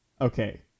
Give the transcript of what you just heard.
Okay